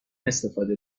استفاده